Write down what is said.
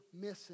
missing